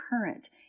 current